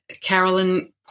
Carolyn